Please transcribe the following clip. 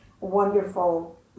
Wonderful